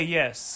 yes